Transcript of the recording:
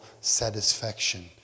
satisfaction